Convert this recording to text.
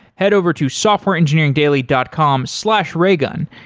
head over to softwareengineering daily dot com slash raygun.